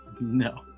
no